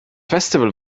festival